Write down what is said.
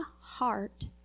heart